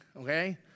Okay